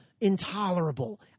intolerable